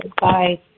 Bye